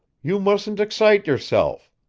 you mustn't excite yourself.